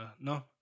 No